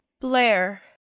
Blair